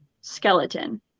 skeleton